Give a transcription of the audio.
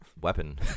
weapon